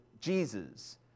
Jesus